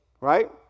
Right